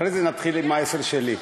אחרי זה נתחיל עם העשר שלי.